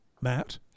Matt